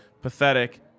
Pathetic